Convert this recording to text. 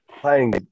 playing